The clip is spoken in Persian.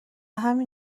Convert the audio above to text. همین